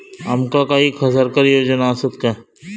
आमका काही सरकारी योजना आसत काय?